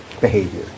behavior